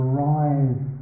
rise